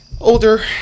older